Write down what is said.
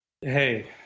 Hey